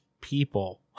people